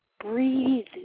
breathe